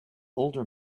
older